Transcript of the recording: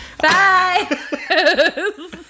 bye